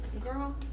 girl